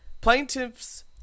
Plaintiffs